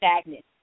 stagnant